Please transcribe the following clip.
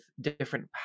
different